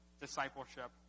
discipleship